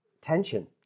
tension